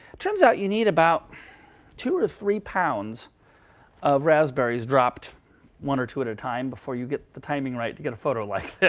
turns out you need about two or three pounds of raspberries dropped one or two at a time before you get the timing right to get a photo like yeah